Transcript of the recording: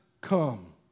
come